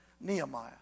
Nehemiah